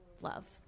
love